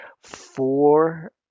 four